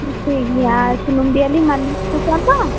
ᱴᱷᱤᱠ ᱜᱮᱭᱟ ᱥᱩᱱᱩᱢ ᱫᱤᱭᱮᱞᱤᱧ ᱢᱟᱹᱞᱤᱥ ᱦᱚᱪᱚ ᱠᱚᱣᱟ ᱛᱚ